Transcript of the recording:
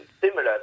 similar